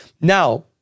now